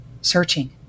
searching